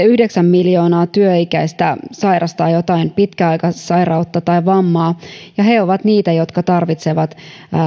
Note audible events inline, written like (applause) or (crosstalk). (unintelligible) yhdeksän miljoonaa työikäistä sairastaa jotain pitkäaikaissairautta tai vammaa ja he ovat niitä jotka tarvitsevat